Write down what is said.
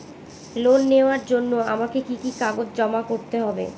Loan নেওয়ার জন্য আমাকে কি কি কাগজ জমা করতে হবে?